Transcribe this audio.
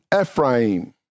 Ephraim